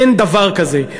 אין דבר כזה.